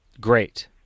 great